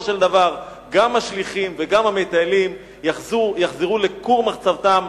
של דבר גם השליחים וגם המטיילים יחזרו לכור מחצבתם,